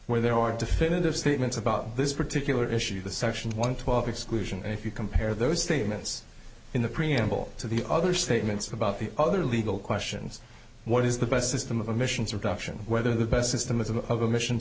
where there are definitive statements about this particular issue the section one twelve exclusion and if you compare those statements in the preamble to the other statements about the other legal questions what is the best system of emissions reduction whether the best system of of emissions